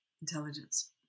intelligence